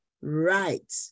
right